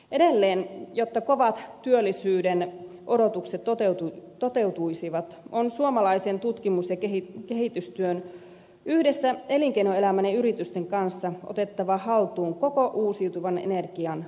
edelleen jotta kovat työllisyyden odotukset toteutuisivat on suomalaisen tutkimus ja kehitystyön yhdessä elinkeinoelämän ja yritysten kanssa otettava haltuun koko uusiutuvan energian tuottamisen ketju